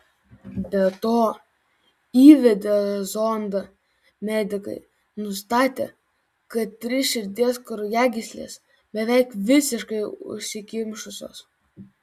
be to įvedę zondą medikai nustatė kad trys širdies kraujagyslės beveik visiškai užsikimšusios